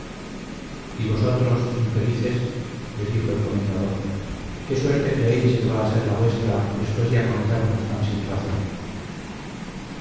y vosotros infelices les dijo el comendador qué suerte creéis que va a ser la vuestra después de acometernos tan sin razón